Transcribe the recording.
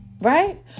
right